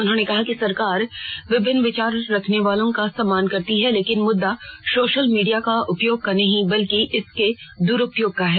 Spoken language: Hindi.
उन्होंने कहा कि सरकार भिन्न विचार रखने वालों का सम्मान करती है लेकिन मुद्दा सोशल मीडिया के उपयोग का नहीं है बल्कि इसके द्रूपयोग का है